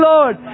Lord